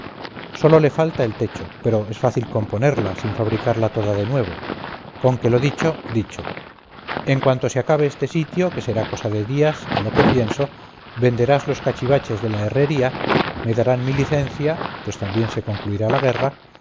sólo le falta el techo pero es fácil componerla sin fabricarla toda de nuevo con que lo dicho dicho en cuanto se acabe este sitio que será cosa de días a lo que pienso venderás los cachivaches de la herrería me darán mi licencia pues también se concluirá la guerra